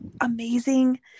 amazing